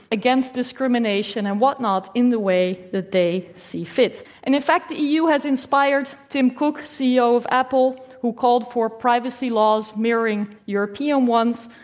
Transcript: against discrimination and whatnot, in the way that they see fit. and in fact, the e. u. has inspired tim cook, ceo of apple, who called for privacy laws mirroring european ones.